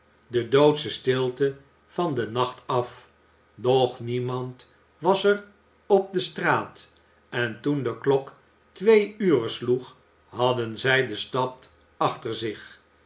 de doodsche stilte van den nacht af doch niemand was er op de straat en toen de klok twee ure sloeg hadden zij de stad achter zich